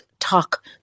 Talk